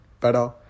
better